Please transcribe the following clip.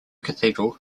cathedral